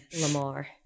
Lamar